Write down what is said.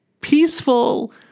peaceful